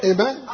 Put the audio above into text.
Amen